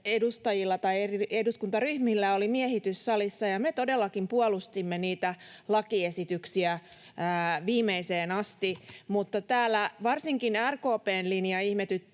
edustajilla tai eri eduskuntaryhmillä oli miehitys salissa, ja me todellakin puolustimme niitä lakiesityksiä viimeiseen asti, mutta täällä varsinkin RKP:n linja ihmetyttää